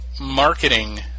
marketing